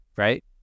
right